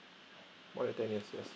more than ten years yes